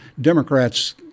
Democrats